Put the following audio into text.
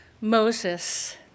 Moses